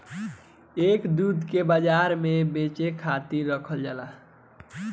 ए दूध के बाजार में बेचे खातिर राखल जाला